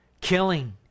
killing